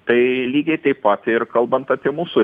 tai lygiai taip pat ir kalbant apie mūsų